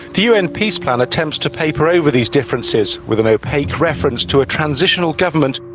the un peace plan attempts to paper over these differences with an opaque reference to a transitional government.